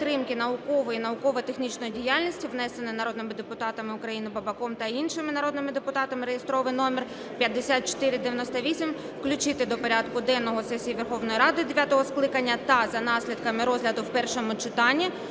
підтримки наукової і науково-технічної діяльності (внесений народними депутатами України Бабаком та іншими народними депутатами) (реєстровий номер 5498) включити до порядку денного сесії Верховної Ради дев'ятого скликання, та за наслідками розгляду в першому читанні,